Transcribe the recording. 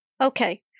Okay